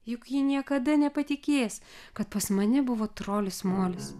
juk ji niekada nepatikės kad pas mane buvo trolis molis